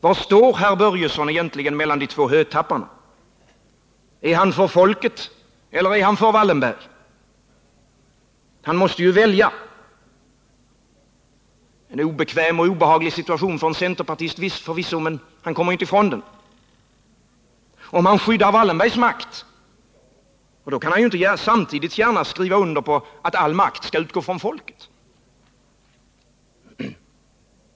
Var står herr Börjesson egentligen mellan de två hötapparna? Är han för folket, eller är han för Wallenberg? Han måste ju välja. Det är förvisso en obekväm och obehaglig situation för en centerpartist, men han kommer inte ifrån den. Om han skyddar Wallenbergs makt kan han inte samtidigt gärna skriva under på att all makt skall utgå från folket.